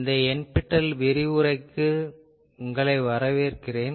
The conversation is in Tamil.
இந்த NPTEL விரிவுரைக்கு வரவேற்கிறேன்